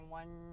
one